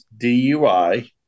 DUI